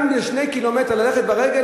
גם אם יש 2 קילומטרים ללכת ברגל,